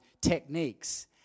techniques